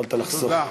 יכולת לחסוך.